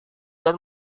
dan